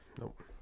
Nope